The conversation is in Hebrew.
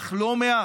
אך לא מעט,